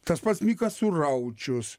tas pats mikas suraučius